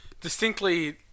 distinctly